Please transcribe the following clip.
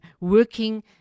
working